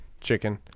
chicken